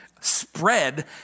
Spread